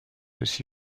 aussi